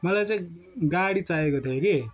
मलाई चाहिँ गाडी चाहिएको थियो कि